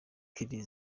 kelly